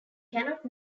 cannot